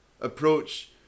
approach